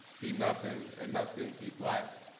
be nothing and nothing be black.